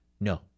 No